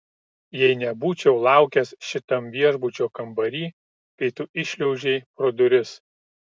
jei nebūčiau laukęs šitam viešbučio kambary kai tu įšliaužei pro duris